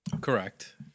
correct